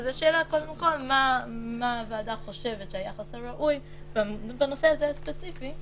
השאלה קודם כל היא מה הוועדה חושבת שהיחס הראוי בנושא הזה הספציפי,